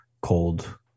cold